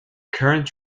current